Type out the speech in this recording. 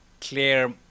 clear